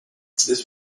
this